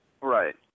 Right